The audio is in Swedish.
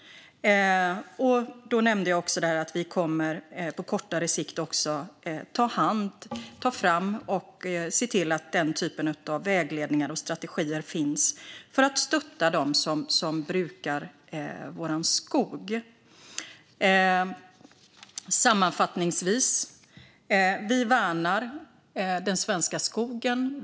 Där nämnde jag också att vi på kortare sikt kommer att se till att den typen av vägledningar och strategier kommer fram och finns för att stötta dem som brukar vår skog. Sammanfattningsvis: Vi värnar den svenska skogen.